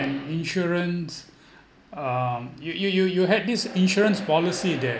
an insurance um you you you you had this insurance policy that